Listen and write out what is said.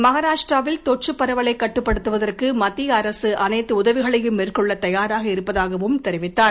மகாராஷ்டிராவில் தொற்று பரவலைக் கட்டுப்படுத்துவதற்கு மத்திய அரசு அனைத்து உதவிகளையும் மேற்கொள்ள தயாராக இருப்பதாகவும் தெரிவித்தார்